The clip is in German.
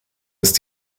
ist